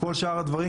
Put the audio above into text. כל שאר הדברים,